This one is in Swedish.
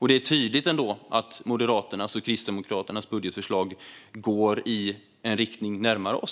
Det är ändå tydligt att Moderaternas och Kristdemokraternas budgetförslag går i en riktning som ligger närmare vår